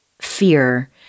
fear